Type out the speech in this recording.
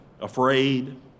afraid